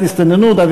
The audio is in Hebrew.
הסתייגות מס'